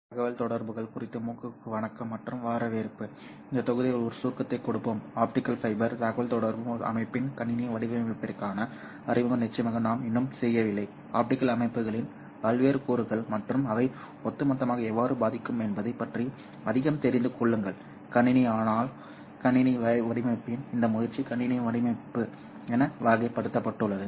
ஒளியியல் தகவல்தொடர்புகள் குறித்து MOOC க்கு வணக்கம் மற்றும் வரவேற்பு இந்த தொகுதியில் ஒரு சுருக்கத்தைக் கொடுப்போம் ஆப்டிகல் ஃபைபர் தகவல்தொடர்பு அமைப்பின் கணினி வடிவமைப்பிற்கான அறிமுகம் நிச்சயமாக நாம் இன்னும் செய்யவில்லை ஆப்டிகல் அமைப்புகளின் பல்வேறு கூறுகள் மற்றும் அவை ஒட்டுமொத்தமாக எவ்வாறு பாதிக்கும் என்பதைப் பற்றி அதிகம் தெரிந்து கொள்ளுங்கள் கணினி ஆனால் கணினி வடிவமைப்பின் இந்த முயற்சி கணினி வடிவமைப்பு என வகைப்படுத்தப்பட்டுள்ளது